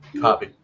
Copy